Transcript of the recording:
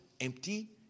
empty